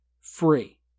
free